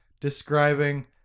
describing